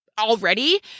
already